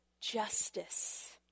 justice